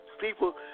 people